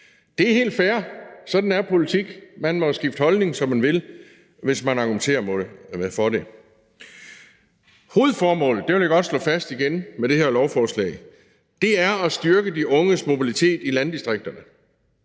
Det er helt fair, sådan er politik. Man må jo skifte holdning, som man vil, hvis man argumenterer for det. Hovedformålet, vil jeg gerne slå fast igen,